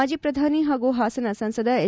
ಮಾಜಿ ಪ್ರಧಾನಿ ಹಾಗೂ ಹಾಸನ ಸಂಸದ ಹೆಚ್